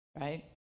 right